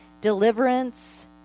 deliverance